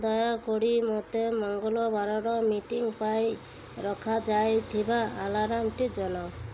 ଦୟାକରି ମୋତେ ମଙ୍ଗଳବାରର ମିଟିଂ ପାଇଁ ରଖାଯାଇଥିବା ଆଲାର୍ମ୍ଟି ଜଣାଅ